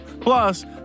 Plus